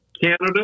Canada